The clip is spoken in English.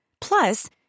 Plus